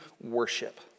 worship